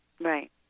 Right